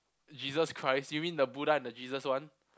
Jesus-Christ you mean the Buddha and the Jesus one